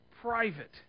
private